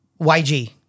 YG